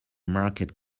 market